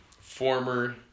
former